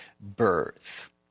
birth